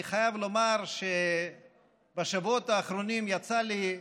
אני חייב לומר שבשבועות האחרונים יצא לי,